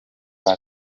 muri